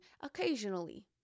occasionally